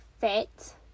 fit